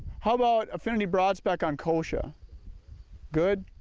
how about affinity broad spec on kochia good,